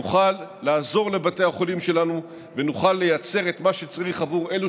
נוכל לעזור לבתי החולים שלנו ונוכל לייצר את מה שצריך עבור אלו